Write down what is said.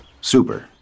Super